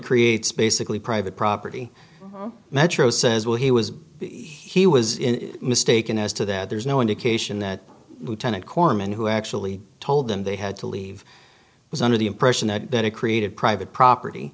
creates basically private property metro says well he was he was mistaken as to that there's no indication that lieutenant corpsman who actually told them they had to leave was under the impression that it created private property